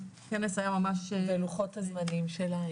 הכנס היה ממש --- יעל רון בן משה (כחול לבן): ולוחות הזמנים שלה?